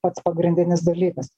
pats pagrindinis dalykas